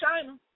China